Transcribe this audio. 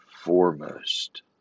foremost